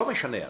לא משנה,